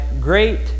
great